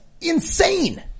insane